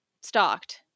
stalked